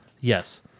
Yes